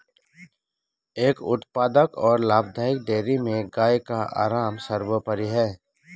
एक उत्पादक और लाभदायक डेयरी में गाय का आराम सर्वोपरि है